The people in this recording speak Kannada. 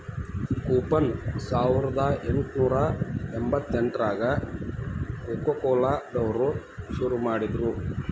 ಕೂಪನ್ ಸಾವರ್ದಾ ಎಂಟ್ನೂರಾ ಎಂಬತ್ತೆಂಟ್ರಾಗ ಕೊಕೊಕೊಲಾ ದವ್ರು ಶುರು ಮಾಡಿದ್ರು